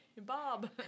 Bob